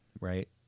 right